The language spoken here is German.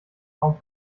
raum